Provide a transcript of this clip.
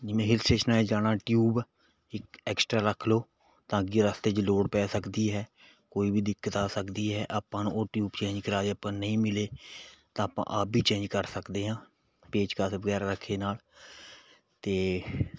ਜਿਵੇਂ ਹਿੱਲ ਸਟੇਸ਼ਨਾਂ 'ਤੇ ਜਾਣਾ ਟਿਊਬ ਇਕ ਐਕਸਟਰਾ ਰੱਖ ਲਓ ਤਾਂ ਕਿ ਰਸਤੇ 'ਚ ਲੋੜ ਪੈ ਸਕਦੀ ਹੈ ਕੋਈ ਵੀ ਦਿੱਕਤ ਆ ਸਕਦੀ ਹੈ ਆਪਾਂ ਨੂੰ ਉਹ ਟਿਊਬ ਚੇਂਜ ਕਰਾ ਕੇ ਆਪਾਂ ਨੂੰ ਨਹੀਂ ਮਿਲੇ ਤਾਂ ਆਪਾਂ ਆਪ ਵੀ ਚੇਂਜ ਕਰ ਸਕਦੇ ਹਾਂ ਪੇਚਕਸ ਵਗੈਰਾ ਰੱਖੇ ਨਾਲ ਅਤੇ